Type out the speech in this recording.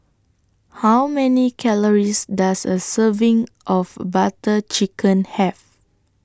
How Many Calories Does A Serving of Butter Chicken Have